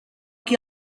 qui